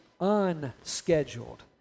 unscheduled